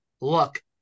look